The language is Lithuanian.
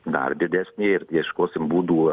dar didesnė ir ieškosim būdų